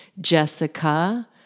Jessica